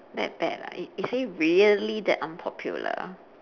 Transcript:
that bad ah is is he really that unpopular